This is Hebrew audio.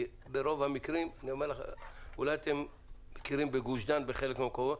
כי ברוב המקרים אולי אתם מכירים בגוש דן ובחלק מהמקומות,